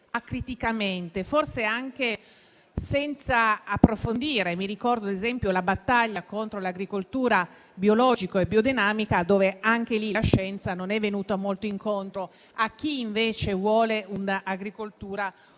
forse anche senza approfondire. Ricordo, ad esempio, la battaglia contro l'agricoltura biologica e biodinamica; anche in quel caso la scienza non è venuta molto incontro a chi, invece, voleva un'agricoltura più